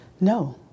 No